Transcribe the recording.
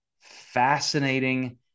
fascinating